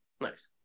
Nice